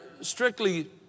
strictly